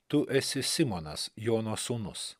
tu esi simonas jono sūnus